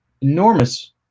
enormous